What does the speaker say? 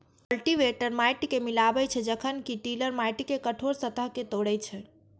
cultivator माटि कें मिलाबै छै, जखन कि टिलर माटिक कठोर सतह कें तोड़ै छै